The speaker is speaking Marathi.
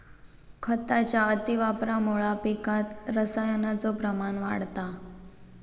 खताच्या अतिवापरामुळा पिकात रसायनाचो प्रमाण वाढता